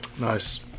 Nice